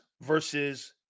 versus